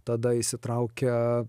tada įsitraukia